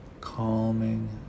calming